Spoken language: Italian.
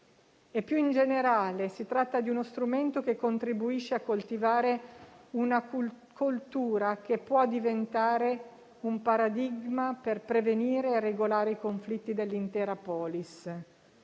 Più in generale, si tratta di uno strumento che contribuisce a coltivare una cultura che può diventare un paradigma per prevenire e regolare i conflitti dell'intera *polis*